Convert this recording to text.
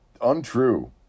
untrue